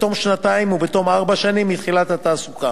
בתום שנתיים ובתום ארבע שנים מתחילת התעסוקה,